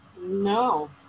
No